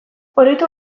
oroitu